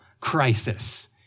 crisis